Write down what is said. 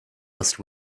last